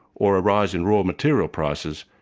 or a rise in raw material prices,